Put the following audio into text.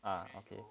ah okay